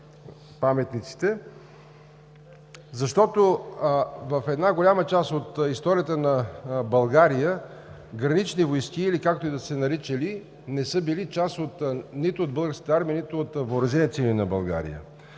защото в една голяма част от историята на България, Гранични войски или както да се наричали, не са били част нито от Българската армия, нито от Въоръжените сили на България.